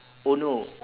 oh no